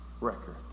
record